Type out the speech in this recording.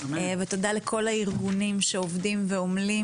תודה לכל הארגונים שעובדים ועומלים